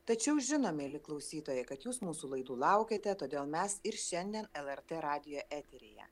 tačiau žinom mieli klausytojai kad jūs mūsų laidų laukiate todėl mes ir šiandien lrt radijo eteryje